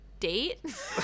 date